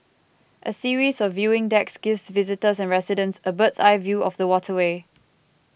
a series of viewing decks gives visitors and residents a bird's eye view of the waterway